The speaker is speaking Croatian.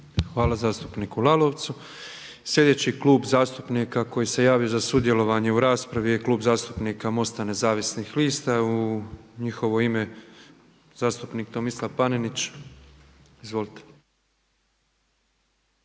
Hvala zastupniku Lalovcu. Slijedeći klub zastupnika koji se javio za sudjelovanje u raspravi je Klub zastupnika MOST-a Nezavisnih lista. U njihovo ime zastupnik Tomislav Panenić. Izvolite.